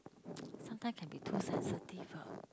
sometimes can be too sensitive ah